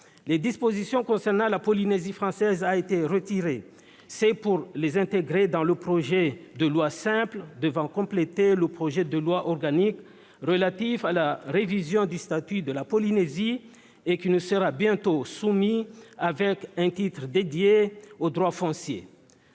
les dispositions concernant la Polynésie française ont été retirées du texte, c'est pour les intégrer dans le projet de loi ordinaire devant compléter le projet de loi organique relatif à la révision du statut de la Polynésie qui nous sera bientôt soumis, avec un titre consacré